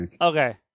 Okay